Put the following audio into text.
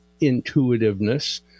intuitiveness